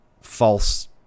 false